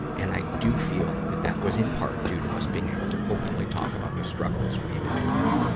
and i do feel that that was in part due to us being able to openly talk about the struggles we have endured.